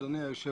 אדוני.